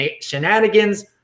shenanigans